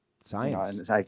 science